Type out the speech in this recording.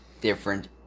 different